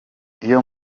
iyo